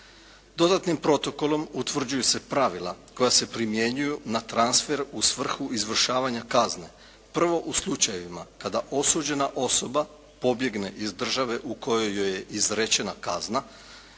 Dodatnim protokolom utvrđuju se pravila koja se primjenjuju na transfer u svrhu izvršavanja kazne. Prvo, u slučajevima kada osuđena osoba pobjegne iz države u kojoj joj je izrečena kazna,